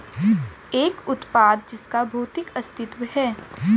एक उत्पाद जिसका भौतिक अस्तित्व है?